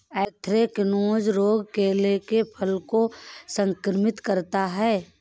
anthracnose रोग केले के फल को संक्रमित करता है